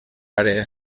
àrea